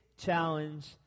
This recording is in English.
Challenge